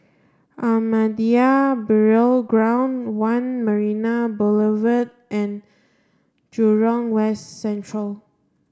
Ahmadiyya Burial Ground One Marina Boulevard and Jurong West Central